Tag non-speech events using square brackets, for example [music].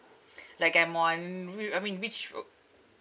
like I'm on [noise] I mean which